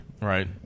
Right